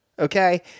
Okay